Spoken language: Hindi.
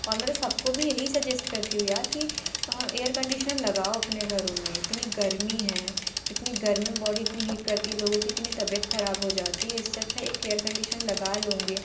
और मेरा सब को भी यही सजेस्ट करती हूँ यार कि एयर कंडीशन लगाओ अपने घरों में इतनी गर्मी है इतनी गर्मी में बॉडी इतनी हीट करती है लोगों की इतनी तबीयत ख़राब हो जाती है सच है एक एयर कंडीशन लगा लोगे